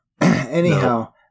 Anyhow